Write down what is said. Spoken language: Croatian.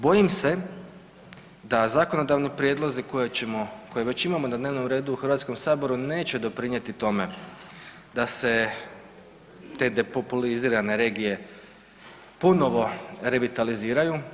Bojim se da zakonodavni prijedlozi koje već imamo na dnevnom redu u Hrvatskom saboru neće doprinijeti tome da se te depopulizirane regije ponovo revitaliziraju.